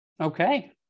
okay